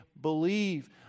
believe